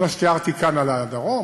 כל מה שתיארתי כאן על הדרום,